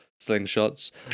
slingshots